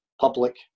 public